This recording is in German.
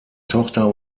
tochter